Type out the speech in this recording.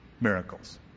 miracles